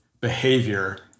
behavior